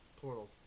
Portal